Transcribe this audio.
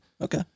Okay